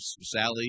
Sally